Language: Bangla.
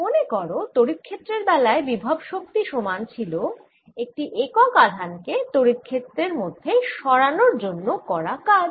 মনে করো তড়িৎ ক্ষেত্রের বেলার বিভব শক্তি সমান ছিল একটি একক আধান কে তড়িৎ ক্ষেত্রের মধ্যে সরানর জন্য করা কাজ